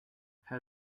how